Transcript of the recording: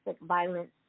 violence